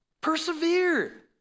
Persevere